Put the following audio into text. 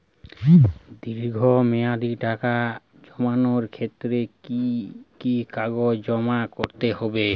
দীর্ঘ মেয়াদি টাকা জমানোর ক্ষেত্রে কি কি কাগজ জমা করতে হবে?